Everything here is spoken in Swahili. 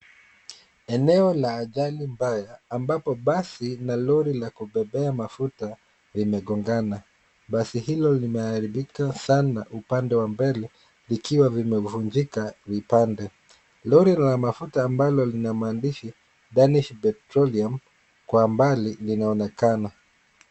Eneo la ajali mbaya ambapo basi na lori la kubebea mafuta limegongana basi hilo limeharibika sana upande wa mbele ikiwa vimevunjika vipande. Lori la mafuta ambalo lina mahandishi Danish Petroleum kwa mbali linaonekana.